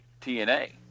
TNA